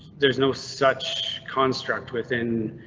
there's no such construct within.